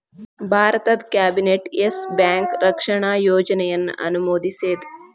ಭಾರತದ್ cabinet Yes Bank ರಕ್ಷಣಾ ಯೋಜನೆಯನ್ನ ಅನುಮೋದಿಸೇದ್